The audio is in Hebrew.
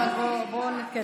אבל בואו נתקדם.